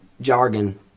jargon